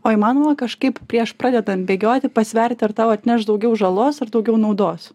o įmanoma kažkaip prieš pradedant bėgioti pasverti ar tau atneš daugiau žalos ar daugiau naudos